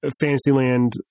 Fantasyland